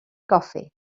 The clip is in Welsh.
goffi